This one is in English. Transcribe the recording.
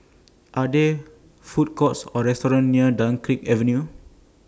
Are There Food Courts Or restaurants near Dunkirk Avenue